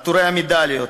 עטורי המדליות.